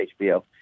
HBO